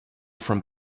from